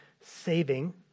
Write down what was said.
saving